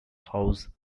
house